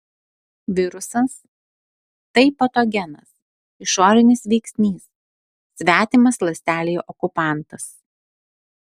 virusas tai patogenas išorinis veiksnys svetimas ląstelei okupantas